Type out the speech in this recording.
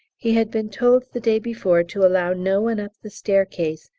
he had been told the day before to allow no one up the staircase,